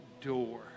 door